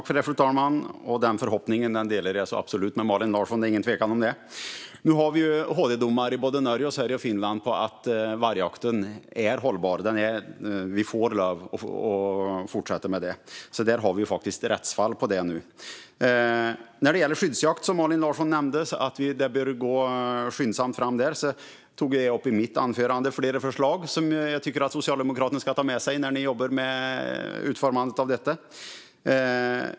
Fru talman! Den förhoppningen delar jag absolut med Malin Larsson - det är ingen tvekan om det. Nu finns det HD-domar i Norge, Sverige och Finland på att vargjakten är hållbar, så vi får lov att fortsätta med den. Det har vi faktiskt rättsfall på nu. När det gäller skyddsjakt nämnde Malin Larsson att vi behöver gå skyndsamt fram, och jag tog i mitt anförande upp flera förslag som jag tycker att ni socialdemokrater ska ta med er när ni jobbar med utformandet av denna.